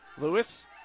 Lewis